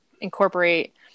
incorporate